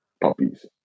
puppies